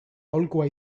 aholkua